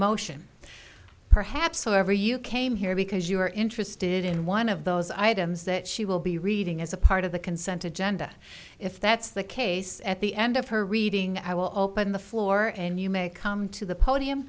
emotion perhaps whatever you came here because you are interested in one of those items that she will be reading as a part of the consent of genda if that's the case at the end of her reading i will open the floor and you may come to the podium